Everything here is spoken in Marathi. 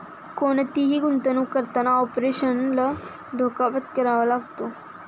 कोणतीही गुंतवणुक करताना ऑपरेशनल धोका पत्करावा लागतो